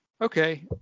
okay